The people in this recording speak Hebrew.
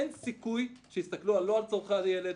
אין סיכוי שיסתכלו על צרכי הילד,